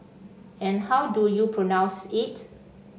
and how do you pronounce it